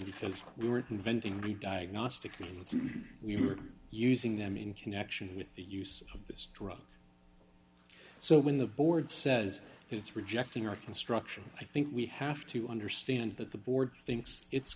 because we were inventing new diagnostic means and we were using them in connection with the use of this drug so when the board says it's rejecting our construction i think we have to understand that the board thinks it